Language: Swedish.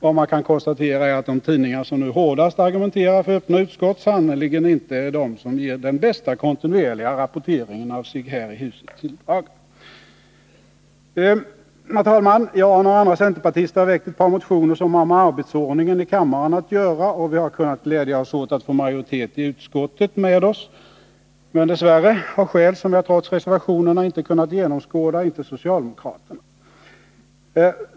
Vad man kan konstatera är att de tidningar som nu hårdast argumenterar för öppna utskott sannerligen inte är de som ger den bästa kontinuerliga rapporteringen av vad sig här i huset tilldrager. Herr talman! Jag och några andra centerpartister har väckt ett par motioner som har med arbetsordningen i kammaren att göra, och vi har kunnat glädja oss åt att få majoriteten i utskottet med oss men dess värre — av skäl som jag trots reservationerna inte kunnat genomskåda — inte socialdemokraterna.